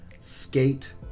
Skate